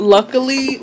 Luckily